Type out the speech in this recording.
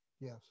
Yes